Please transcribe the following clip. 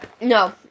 No